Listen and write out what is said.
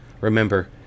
Remember